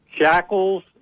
shackles